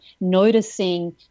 noticing